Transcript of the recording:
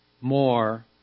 more